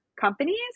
companies